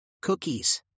Cookies